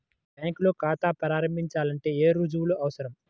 బ్యాంకులో ఖాతా ప్రారంభించాలంటే ఏ రుజువులు అవసరం?